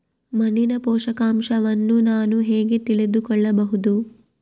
ಮಣ್ಣಿನ ಪೋಷಕಾಂಶವನ್ನು ನಾನು ಹೇಗೆ ತಿಳಿದುಕೊಳ್ಳಬಹುದು?